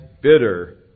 bitter